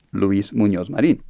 luis munoz marin